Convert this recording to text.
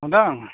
औ नोंथां